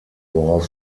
worauf